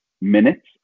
minutes